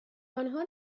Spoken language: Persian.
آنها